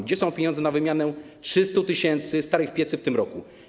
Gdzie są pieniądze na wymianę 300 tys. starych pieców w tym roku?